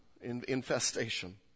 infestation